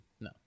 No